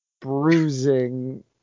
bruising